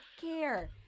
care